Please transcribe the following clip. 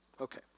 Okay